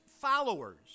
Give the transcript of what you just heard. followers